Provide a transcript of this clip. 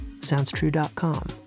SoundsTrue.com